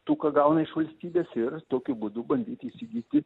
tų ką gauna iš valstybės ir tokiu būdu bandyti įsigyti